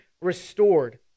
restored